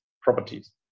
properties